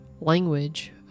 language